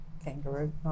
kangaroo